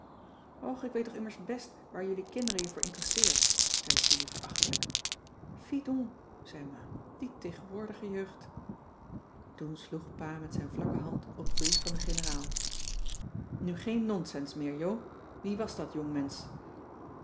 och ik weet toch immers best waar jullie kinderen je voor interesseert zei julie verachtelijk fi donc zei ma die tegenwoordige jeugd toen sloeg pa met zijn vlakke hand op den brief van de generaal nu geen nonsens meer jo wie was dat jongmensch